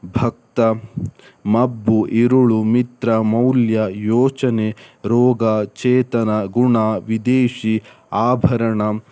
ಭಕ್ತ ಮಬ್ಬು ಇರುಳು ಮಿತ್ರ ಮೌಲ್ಯ ಯೋಚನೆ ರೋಗ ಚೇತನ ಗುಣ ವಿದೇಶಿ ಆಭರಣ